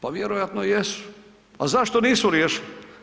Pa vjerojatno jesu, a zašto nisu riješili?